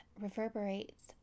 reverberates